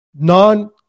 non